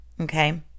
okay